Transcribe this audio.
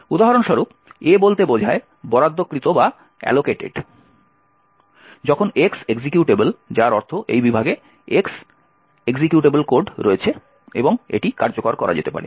উদাহরণ স্বরূপ A বলতে বোঝায় বরাদ্দকৃত যখন X এক্সিকিউটেবল যার অর্থ এই বিভাগে এক্সিকিউটেবল কোড রয়েছে এবং এটি কার্যকর করা যেতে পারে